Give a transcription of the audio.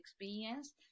experience